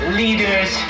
leaders